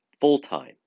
full-time